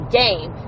game